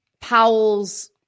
powell's